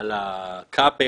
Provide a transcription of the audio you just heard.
על הכבל.